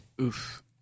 Oof